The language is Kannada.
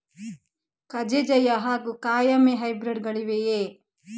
ಕಜೆ ಜಯ ಹಾಗೂ ಕಾಯಮೆ ಹೈಬ್ರಿಡ್ ಗಳಿವೆಯೇ?